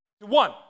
one